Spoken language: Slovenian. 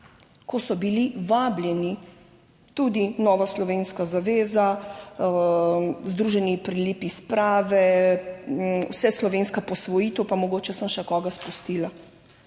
ko so bili vabljeni tudi Nova slovenska zaveza, Združeni pri lipi sprave, Vseslovenska posvojitev pa mogoče sem še koga spustila.